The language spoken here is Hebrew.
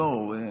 ברור.